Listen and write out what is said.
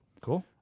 Cool